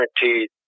guaranteed